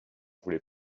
voulait